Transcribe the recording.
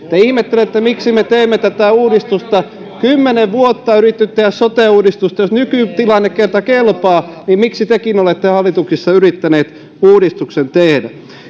te ihmettelette miksi me teemme tätä uudistusta kymmenen vuotta on yritetty tehdä sote uudistusta jos nykytilanne kerta kelpaa niin miksi tekin olette hallituksissa yrittäneet uudistuksen tehdä